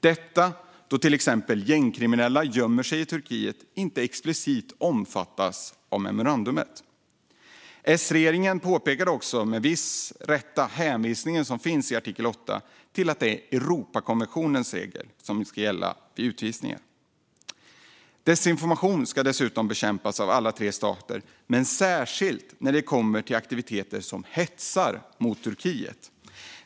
Det innebär till exempel att gängkriminella som gömmer sig i Turkiet inte explicit omfattas av memorandumet. S-regeringen pekade med viss rätta på hänvisningen som finns i artikel 8 till att det är Europakonventionens regler som ska gälla vid utvisningar. Desinformation ska dessutom bekämpas av alla tre stater men särskilt när det gäller aktiviteter som hetsar mot Turkiet.